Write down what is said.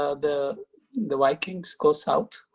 ah the the vikings go south?